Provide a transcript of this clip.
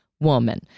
woman